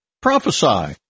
prophesy